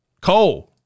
Cole